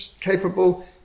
capable